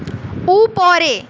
উপরে